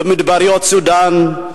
במדבריות סודן,